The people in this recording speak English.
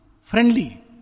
friendly